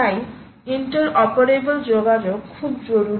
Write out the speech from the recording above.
তাই interoperable যোগাযোগ খুব জরুরী